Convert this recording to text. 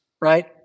right